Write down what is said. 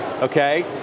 Okay